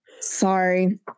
Sorry